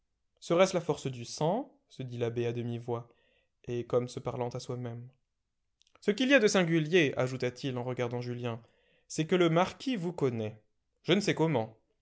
serait-ce la force du sang se dit l'abbé à demi-voix et comme se parlant à soi-même ce qu'il y a de singulier ajouta-t-il en regardant julien c'est que le marquis vous connaît je ne sais comment